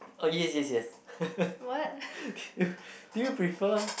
oh yes yes yes do you do you prefer